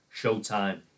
Showtime